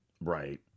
Right